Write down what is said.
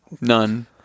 None